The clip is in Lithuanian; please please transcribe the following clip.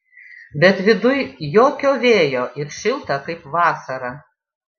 bet viduj jokio vėjo ir šilta kaip vasarą